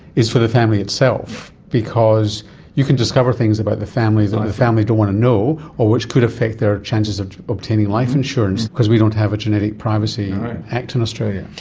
is for the family itself because you can discover things about the family that the family don't want to know or which could affect their chances of obtaining life insurance because we don't have a genetic privacy act in australia.